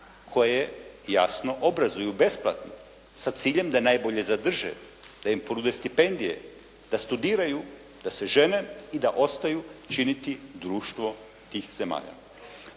koje jasno obrazuju besplatno sa ciljem da najbolje zadrže, da im ponude stipendije, da studiraju, da se žene i da ostaju činiti društvo tih zemalja.